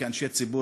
כאנשי ציבור,